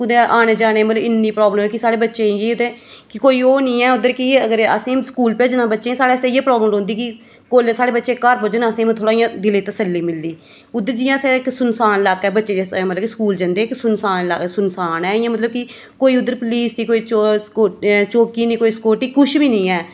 कुतै औने जाने इन्नी प्राब्लम ऐ कि साढ़े बच्चे ई ते कोई ओह् निं ऐ उद्धर की असें ई स्कूल भेजना बच्चें ई साढ़े आस्तै इ'यै प्राब्लम रौंह्दी की कोल्लै साढ़े बच्चे घर पुज्जन असें मतलब थोह्ड़ा इ'यां दिलै ई तसल्ली मिलदी उद्धर जि'यां असें सुनसान लाका ऐ बच्चे मतलब कि स्कूल जंदे इक सुनसान ऐ इ'यां मतलब की कोई उद्धर पलीस दी कोई चौकी निं कोई सैक्युरिटी निं कुछ बी ऐ